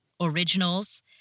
Originals